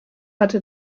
hat